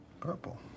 purple